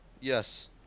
Yes